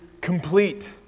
complete